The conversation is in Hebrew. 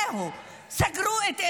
זהו, סגרו את אל-ג'זירה.